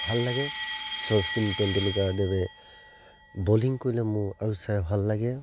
ভাল লাগে শচীন তেণ্ডুলকাৰদেৱে বলিং কৰিলে মোৰ আৰু চাই ভাল লাগে